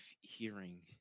hearing